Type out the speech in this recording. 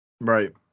Right